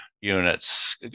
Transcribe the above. units